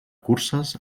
curses